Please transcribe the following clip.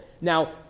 Now